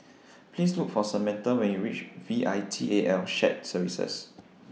Please Look For Samantha when YOU REACH V I T A L Shared Services